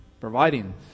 providing